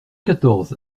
quatorze